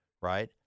right